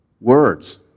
Words